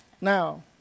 now